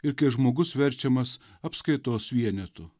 ir kai žmogus verčiamas apskaitos vienetu